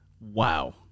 wow